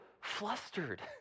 flustered